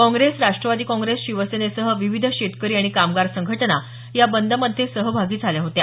काँग्रेस राष्ट्रवादी काँग्रेस शिवसेनेसह विविध शेतकरी आणि कामगार संघटना या बंदमध्ये सहभागी झाल्या होत्या